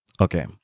okay